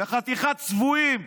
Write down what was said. יא חתיכת צבועים.